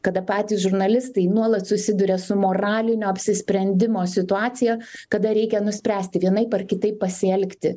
kada patys žurnalistai nuolat susiduria su moralinio apsisprendimo situacija kada reikia nuspręsti vienaip ar kitaip pasielgti